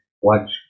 watch